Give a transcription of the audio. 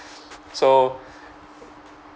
so